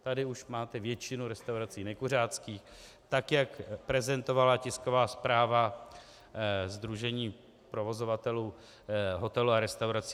Tady už máte většinu restaurací nekuřáckých, tak jak prezentovala tisková zpráva sdružení provozovatelů hotelů a restaurací.